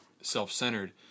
self-centered